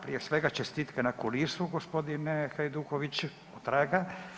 Prije svega čestitke na kulirstvu gospodine Hajduković, otraga.